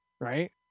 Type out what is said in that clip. Right